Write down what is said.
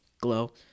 glow